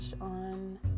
on